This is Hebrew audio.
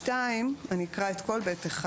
אני אקרא את כל סעיף (ב)(1):